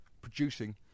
producing